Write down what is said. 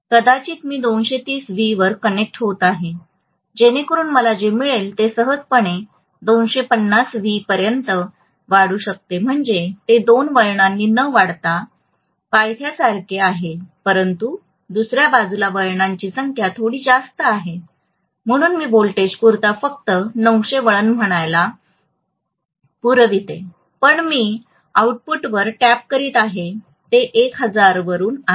कदाचित मी २30 व्ही वर कनेक्ट होत आहे जेणेकरून मला जे मिळेल ते सहजपणे २50V व्ही पर्यंत वाढू शकते म्हणजे ते २ वळणांनी न वाढवता पायथ्यासारखे आहे परंतु दुसर्या बाजूला वळणांची संख्या थोडी जास्त आहे म्हणून मी व्होल्टेजपुरता फक्त 900 वळण म्हणायला पुरवतो पण मी आउटपुटवर टॅप करीत आहे ते 1000 वरुन आहे